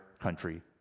country